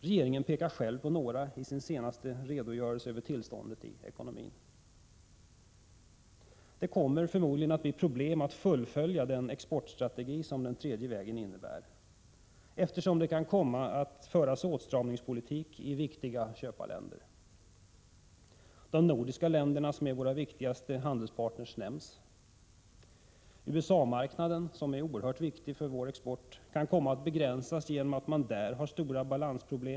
Regeringen pekar själv på några av problemen i sin senaste redogörelse för tillståndet i ekonomin. Det kommer förmodligen att uppstå problem när det gäller att fullfölja den exportstrategi som den tredje vägens politik innebär, eftersom åtstramningspolitik kan komma att föras i viktiga köparländer. Man nämner de nordiska länderna, vilka är våra viktigaste handelspartner. USA-marknaden, som är oerhört viktig för vår export, kan komma att begränsas på grund av att man i USA har stora balansproblem.